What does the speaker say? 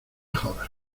jodas